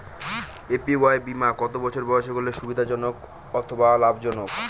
APY বীমা কত বছর বয়সে করলে সুবিধা জনক অথবা লাভজনক?